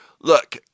look